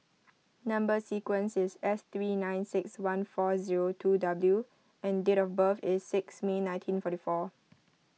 Number Sequence is S three nine six one four zero two W and date of birth is six May nineteen forty four